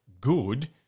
good